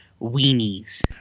weenies